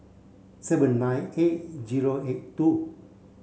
seven nine eight zero eight two